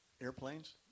Airplanes